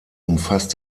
umfasst